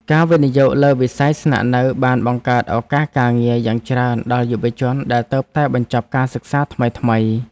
ការវិនិយោគលើវិស័យស្នាក់នៅបានបង្កើតឱកាសការងារយ៉ាងច្រើនដល់យុវជនដែលទើបតែបញ្ចប់ការសិក្សាថ្មីៗ។